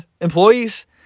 employees